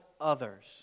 others